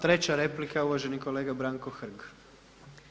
Treća replika uvaženi kolega Branko Hrg.